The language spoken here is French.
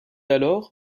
alors